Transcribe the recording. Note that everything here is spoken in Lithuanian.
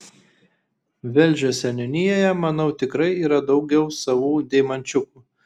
velžio seniūnijoje manau tikrai yra daugiau savų deimančiukų